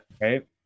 right